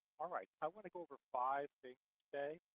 all right. i want to go over five things today.